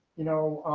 you know,